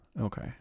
Okay